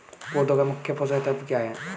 पौधे का मुख्य पोषक तत्व क्या हैं?